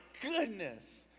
goodness